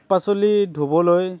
শাক পাচলি ধুবলৈ